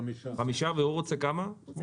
המגבלה היא מחמישה אנשים והוא רוצה שניים.